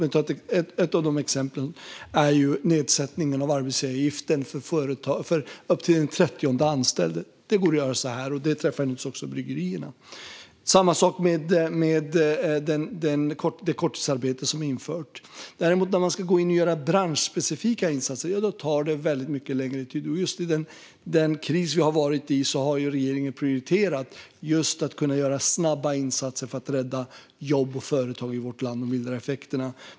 Ett exempel är nedsättningen av arbetsgivaravgiften för upp till den trettionde anställde i ett företag. Det går att göra på ett kick, och det träffar naturligtvis även bryggerierna. Det är samma sak med det korttidsarbete som är infört. När man däremot ska gå in och göra branschspecifika saker tar det väldigt mycket längre tid, och i den kris vi har varit i har regeringen prioriterat att göra just snabba insatser för att rädda jobb och företag i vårt land och mildra effekterna.